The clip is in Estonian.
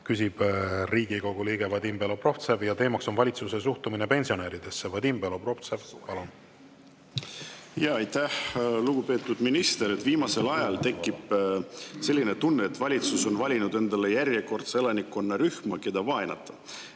küsib Riigikogu liige Vadim Belobrovtsev ja teemaks on valitsuse suhtumine pensionäridesse. Vadim Belobrovtsev, palun. Aitäh! Lugupeetud minister! Viimasel ajal tekib selline tunne, et valitsus on valinud endale järjekordse elanikkonnarühma, keda vaenata.